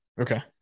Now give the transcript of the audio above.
Okay